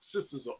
sisters